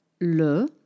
le